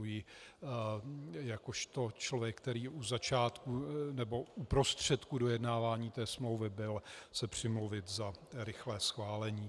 Dovoluji si jakožto člověk, který u začátku, nebo u prostředku dojednávání smlouvy byl, se přimluvit za rychlé schválení.